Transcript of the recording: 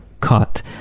cut